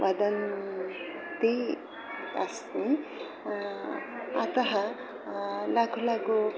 वदन्ती अस्मि अतः लघुलघु